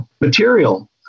material